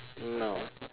no